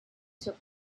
took